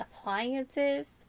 appliances